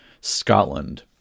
Scotland